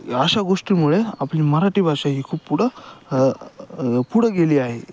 अशा गोष्टीमुळे आपली मराठी भाषा ही खूप पुढं पुढं गेली आहे